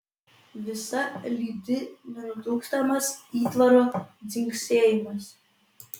visa lydi nenutrūkstamas įtvaro dzingsėjimas